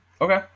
Okay